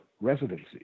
residency